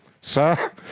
Sir